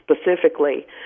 specifically